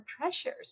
treasures